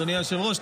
אדוני היושב-ראש,